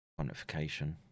quantification